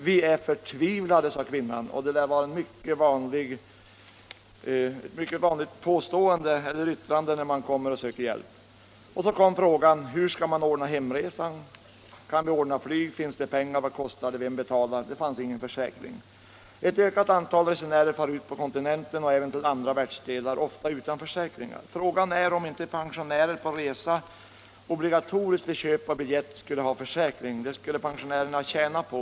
Vi är förtvivlade, sade kvinnan — ett yttrande som är mycket vanligt bland dem som kommer och söker hjälp. Sedan kom frågorna: Hur skall man ordna hemresan? Kan vi ordna flyg? Finns det pengar? Vem betalar? —- Det fanns ingen försäkring. Ett ökat antal resenärer far ut på kontinenten och även till andra världsdelar, ofta utan försäkringar. Frågan är om det inte för pensionärerna, vid köp av biljett för sådana här resor, skulle vara obligatoriskt att ta försäkring. Det skulle pensionärerna tjäna på.